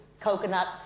coconuts